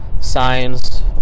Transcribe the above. signs